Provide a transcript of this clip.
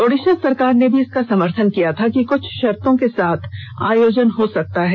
ओड़िशा सरकार ने भी इसका समर्थन किया था कि कुछ शर्तों के साथ आयोजन हो सकता है